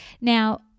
Now